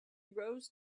rose